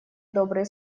добрые